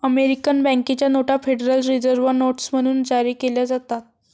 American बँकेच्या नोटा Federal Reserve notes म्हणून जारी केल्या जातात